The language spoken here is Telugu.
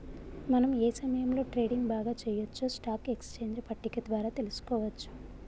మనం ఏ సమయంలో ట్రేడింగ్ బాగా చెయ్యొచ్చో స్టాక్ ఎక్స్చేంజ్ పట్టిక ద్వారా తెలుసుకోవచ్చు